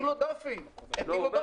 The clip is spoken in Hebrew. הטילו דופי, הטילו דופי.